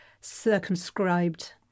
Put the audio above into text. circumscribed